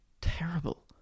terrible